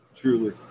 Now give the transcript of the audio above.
Truly